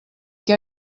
què